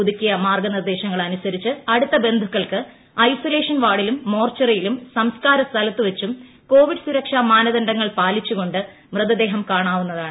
പുതുക്കിയ മാർഗനിർദേശങ്ങളനുസരിച്ച് അടുത്ത ബന്ധുക്കൾക്ക് ഐസൊലേഷൻ വാർഡിലും മോർച്ചറിയിലും സംസ്കാര സ്ഥലത്തുവച്ചും കോവിഡ് സുരക്ഷാ മാനദണ്ഡങ്ങൾ പാലിച്ചുകൊണ്ട് മൃതദേഹം കാണാവുന്നതാണ്